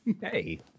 Hey